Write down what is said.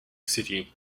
city